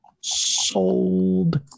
sold